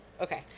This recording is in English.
Okay